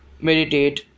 Meditate